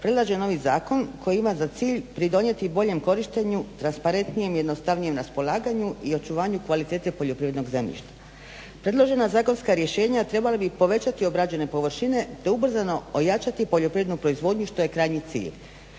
predlaže novi zakon koji ima za cilj pridonijeti boljem korištenju transparentnijem i jednostavnijem raspolaganju i očuvanje kvalitete poljoprivrednog zemljišta. Predložena zakonska rješenja trebala bi povećati obrađene površine te ubrzano ojačati poljoprivrednu proizvodnju što je krajnji cilj.